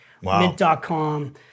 Mint.com